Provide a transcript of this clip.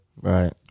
right